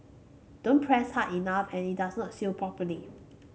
don't press hard enough and it does not seal properly